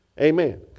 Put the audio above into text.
Amen